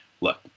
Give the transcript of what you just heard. look